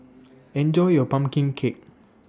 Enjoy your Pumpkin Cake